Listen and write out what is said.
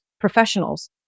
professionals